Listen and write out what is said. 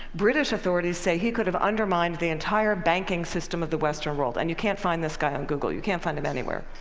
british authorities say he could have undermined the entire banking system of the western world. and you can't find this guy on google you can't find him anywhere.